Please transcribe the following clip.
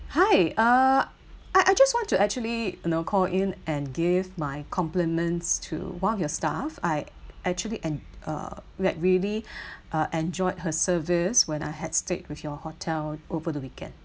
hi uh I I just want to actually you know call in and give my compliments to one of your staff I actually en~ uh like really uh enjoyed her service when I had stayed with your hotel over the weekend